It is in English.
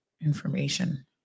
information